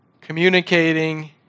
communicating